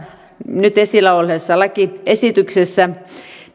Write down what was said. nyt esillä olleessa lakiesityksessä